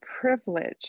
privilege